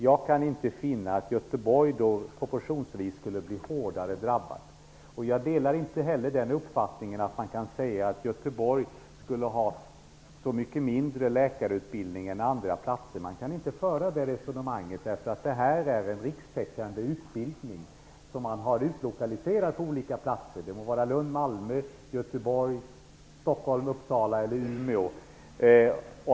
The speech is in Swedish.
Jag kan inte finna att Göteborg i och med detta proportionellt sett skulle bli hårdare drabbat. Jag delar inte heller den uppfattningen att Göteborg skulle ha så mycket mindre läkarutbildning än andra orter. Man kan inte föra det resonemanget, eftersom det här är en rikstäckande utbildning, som finns utlokaliserad på olika platser -- det må vara Lund, Malmö, Göteborg, Stockholm, Uppsala eller Umeå.